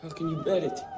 can you bear it?